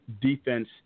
defense